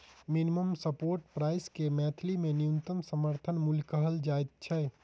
minimum support price के मैथिली मे न्यूनतम समर्थन मूल्य कहल जाइत छै